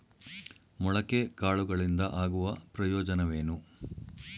ಮೊಳಕೆ ಕಾಳುಗಳಿಂದ ಆಗುವ ಪ್ರಯೋಜನವೇನು?